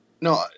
No